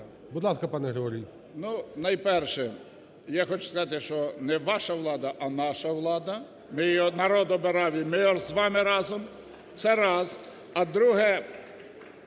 Будь ласка, пане Григорій.